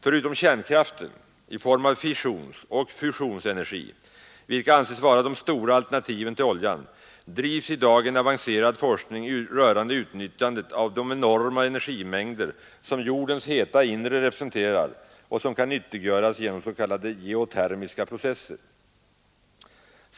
Förutom kärnkraften, i form av fissionsoch fusionsenergi, vilka anses vara de stora alternativen till oljan, drivs i dag en avancerad forskning rörande utnyttjande av de enorma energimängder som jordens heta inre representerar och som kan nyttiggöras genom s.k. geotermiska processer.